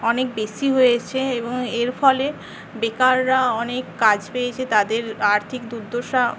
অনেক বেশী হয়েছে এবং এর ফলে বেকাররা অনেক কাজ পেয়েছে তাদের আর্থিক দুর্দশা